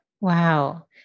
Wow